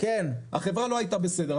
החברה לא הייתה בסדר.